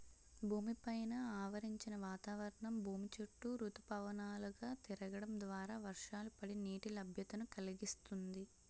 భూమి పైన ఆవరించిన వాతావరణం భూమి చుట్టూ ఋతుపవనాలు గా తిరగడం ద్వారా వర్షాలు పడి, నీటి లభ్యతను కలిగిస్తుంది